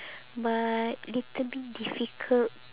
but little bit difficult